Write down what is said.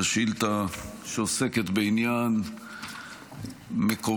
השאילתה, שעוסקת בעניין מקומם,